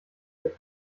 der